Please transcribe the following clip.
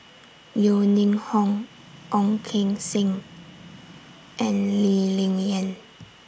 Yeo Ning Hong Ong Keng Sen and Lee Ling Yen